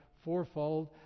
Fourfold